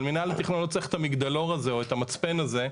אבל מינהל התכנון לא צריך את המגדלור הזה או את המצפן הזה,